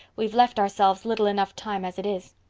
we've left ourselves little enough time as it is.